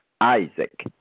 Isaac